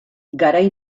garai